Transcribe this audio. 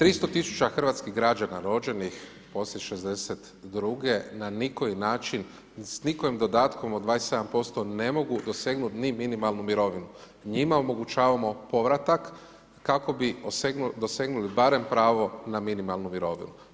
300 tisuća hrvatskih građana rođenih poslije '62. na nikoji način sa nikojim dodatkom od 27% ne mogu dosegnuti ni minimalnu mirovinu, njima omogućavamo povratak kako bi dosegnuli barem pravo na minimalnu mirovinu.